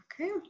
Okay